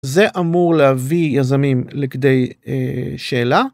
זה אמור להביא יזמים לכדי שאלה.